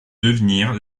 devenir